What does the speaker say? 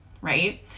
Right